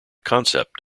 concept